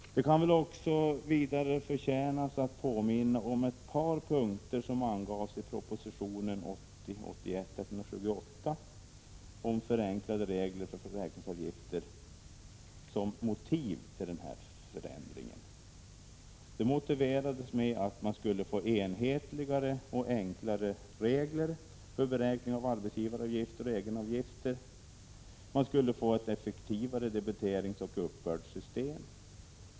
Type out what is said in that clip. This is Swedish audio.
Det kan vidare förtjänas att påminna om ett par punkter som angavs i proposition 1980/81:178 om förenklade regler för försäkringsavgifter som motiv till förändring: Man skulle få enhetligare och enklare regler för beräkning av arbetsgivaravgifter och egenavgifter. k Man skulle få ett effektivare debiteringsoch uppbördssystem.